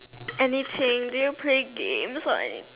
anything do you play games or any